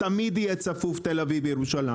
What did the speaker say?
תמיד יהיה צפוף תל אביב-ירושלים.